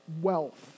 wealth